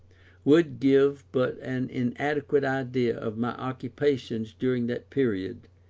would give but an inadequate idea of my occupations during that period,